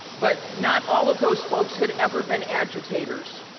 but not all of those folks had ever been agitateers.